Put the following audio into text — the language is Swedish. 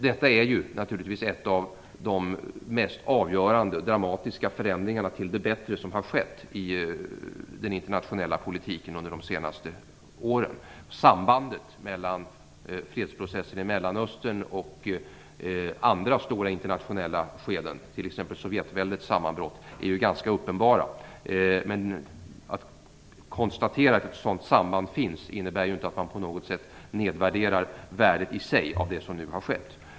Detta är naturligtvis ett av de mest avgörande och dramatiska förändringarna till det bättre som har skett i den internationella politiken under de senaste åren. Sambandet mellan fredsprocessen i Mellanöstern och andra stora internationella skeden, t.ex. Sovjetväldets sammanbrott, är ganska uppenbart. Att konstatera att ett sådant samband finns innebär inte att man på något sätt nedvärderar det som nu har skett.